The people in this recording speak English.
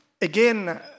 again